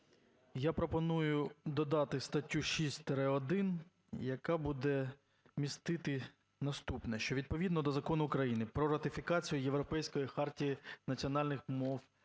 Я пропоную додати статтю 6-1, яка буде містити наступне. Що: "Відповідно до Закону України "Про ратифікацію Європейської хартії національних мов